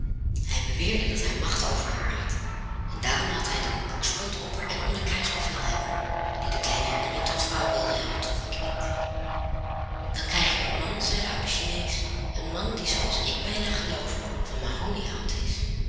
hij beweerde dat hij macht over haar had en daarom had hij den bokspoot opper en onder krijgsbevelhebber die de kleine herderin tot vrouw wilde hebben toegeknikt dan krijg je een man zei de oude chinees een man die zooals ik bijna geloof van mahoniehout is